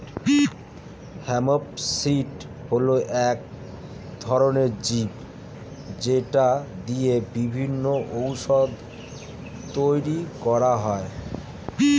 hemp seed হল এক ধরনের বীজ যেটা দিয়ে বিভিন্ন ওষুধ তৈরি করা হয়